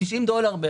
שזה 90 בערך.